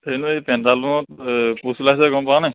হেৰি নহয় এই পেন্টালুনত পোষ্ট ওলাইছে গম পাৱ নাই